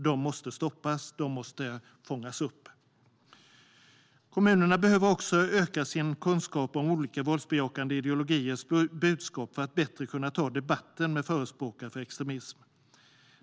De måste fångas upp och stoppas. Kommunerna behöver också öka sin kunskap om olika våldsbejakande ideologiers budskap för att bättre kunna ta debatten med förespråkare för extremism.